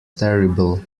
terrible